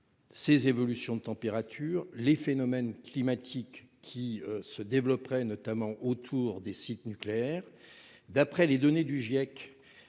ses évolutions de température, les phénomènes climatiques qui se développeraient notamment autour des sites nucléaires. D'après les données du Giec,